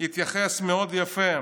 התייחס מאוד יפה,